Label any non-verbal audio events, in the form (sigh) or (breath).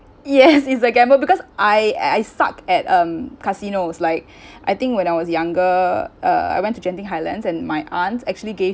yes it's a gamble because I I suck at um casinos like (breath) I think when I was younger uh I went to genting highlands and my aunt actually gave